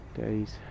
days